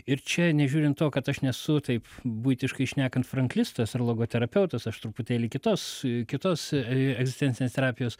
ir čia nežiūrint to kad aš nesu taip buitiškai šnekant franklistas ar logoterapeutas aš truputėlį kitos kitos egzistencinės terapijos